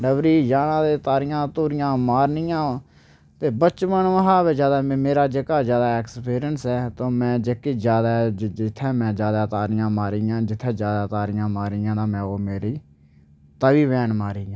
डबरी च जाना ते तारियां तूरियां मारनियां ते बचपन शा मेरा जेह्का जादा ऐक्सपिरियंस हा ते में जेह्की जादा जित्थै में जादा तारियां मारियां जित्थै जादा तारियां मारियां ओह् में तवी में मारियां